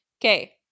Okay